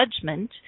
judgment